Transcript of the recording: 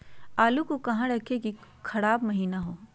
आलू को कहां रखे की खराब महिना हो?